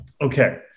okay